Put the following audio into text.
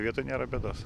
vietoj nėra bėdos